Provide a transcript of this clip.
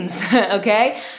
Okay